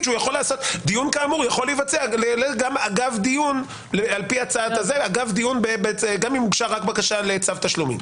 דיון כאמור יכול להתבצע אגב דיון גם אם הוגשה רק בקשה לצו תשלומים.